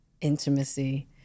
intimacy